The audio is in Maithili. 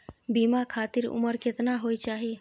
बीमा खातिर उमर केतना होय चाही?